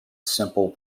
simple